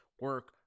Work